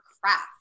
craft